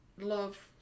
love